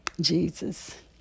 Jesus